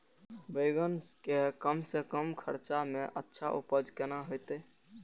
बेंगन के कम से कम खर्चा में अच्छा उपज केना होते?